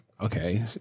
Okay